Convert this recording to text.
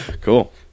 Cool